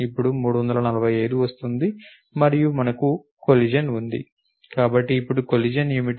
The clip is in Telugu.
ఇప్పుడు 345 వస్తుంది మరియు మనకు కొలిషన్ ఉంది కాబట్టి ఇప్పుడు కొలిషన్ ఏమిటి